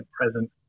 present